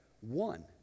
One